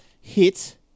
hit